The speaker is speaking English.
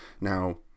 Now